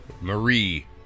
Marie